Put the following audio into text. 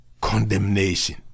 condemnation